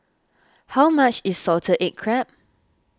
how much is Salted Egg Crab